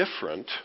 different